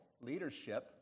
leadership